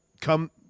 come –